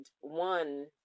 one